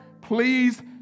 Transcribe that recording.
please